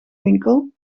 winkel